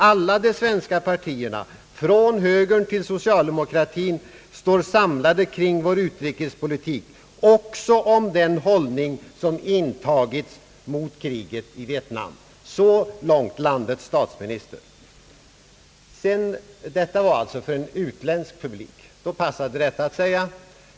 Alla de svenska partierna, från högern till socialdemokratin, står samlade kring vår utrikespolitik, också kring den hållning som intagits mot kriget i Vietnam.» Så långt landets statsminister. Detta uttalande gjordes alltså för en utländsk publik — då passade det att säga så.